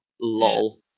lol